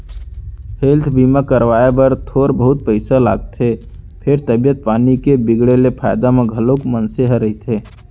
health बीमा करवाए बर थोर बहुत पइसा लागथे फेर तबीयत पानी के बिगड़े ले फायदा म घलौ मनसे ह रहिथे